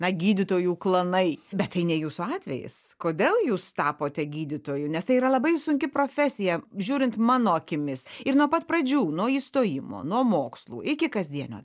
na gydytojų klanai bet tai ne jūsų atvejis kodėl jūs tapote gydytoju nes tai yra labai sunki profesija žiūrint mano akimis ir nuo pat pradžių nuo įstojimo nuo mokslų iki kasdienio